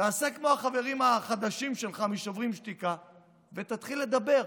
תעשה כמו החברים החדשים שלך משוברים שתיקה ותתחיל לדבר,